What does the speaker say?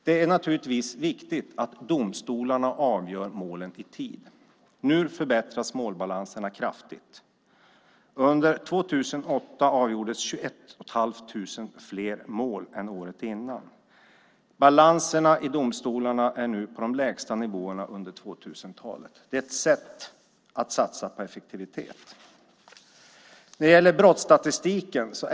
Det är naturligtvis viktigt att domstolarna avgör målen i tid. Nu förbättras målbalanserna kraftigt. Under 2008 avgjordes 21 500 fler mål än året innan. Balanserna i domstolarna är nu på de lägsta nivåerna under 2000-talet. Det är ett sätt att satsa på effektivitet.